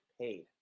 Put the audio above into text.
paid